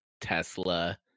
Tesla